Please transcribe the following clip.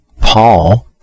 Paul